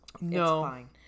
No